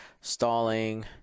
stalling